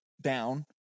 down